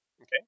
Okay